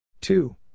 two